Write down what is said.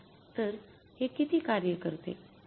तर हे किती कार्य करते